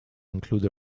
include